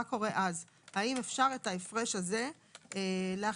האם אפשר את ההפרש הזה להחזיר,